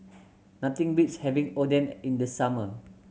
nothing beats having Oden in the summer